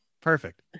Perfect